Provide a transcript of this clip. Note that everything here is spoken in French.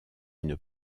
une